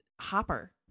Hopper